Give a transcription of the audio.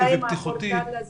בינתיים הפורטל הזה